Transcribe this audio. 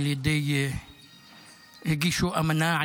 הגישו אמנה,